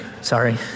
sorry